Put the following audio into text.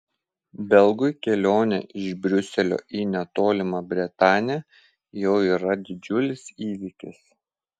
belgui kelionė iš briuselio į netolimą bretanę jau yra didžiulis įvykis